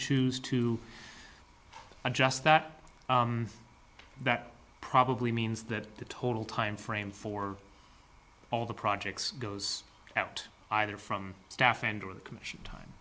choose to adjust that that probably means that the total time frame for all the projects goes out either from staff and or the